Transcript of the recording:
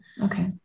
Okay